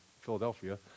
Philadelphia